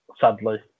sadly